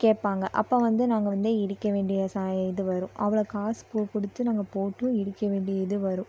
கேட்பாங்க அப்போ வந்து நாங்கள் வந்து இடிக்க வேண்டிய ச இது வரும் அவ்வளோ காசு கொடுத்து நாங்கள் போட்டும் இடிக்க வேண்டிய இது வரும்